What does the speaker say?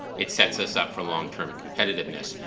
it sets us up for long-term competitiveness.